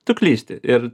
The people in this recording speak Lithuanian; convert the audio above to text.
tu klysti ir